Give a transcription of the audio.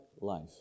life